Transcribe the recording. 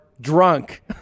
drunk